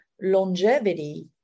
longevity